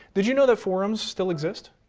did you know that forums still exist?